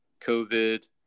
covid